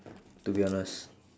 to be honest